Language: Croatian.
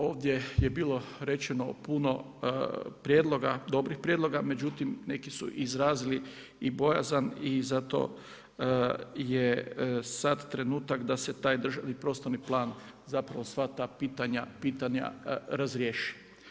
Ovdje je bilo rečeno puno prijedloga, dobrih prijedloga međutim, neki su izrazili i bojazan i zato je sada trenutak da se taj državni prostorni plan zapravo sva ta pitanja razriješe.